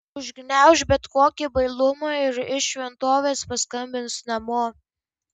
užgniauš bet kokį bailumą ir iš šventovės paskambins namo